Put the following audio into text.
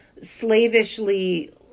slavishly